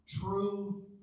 true